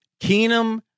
Keenum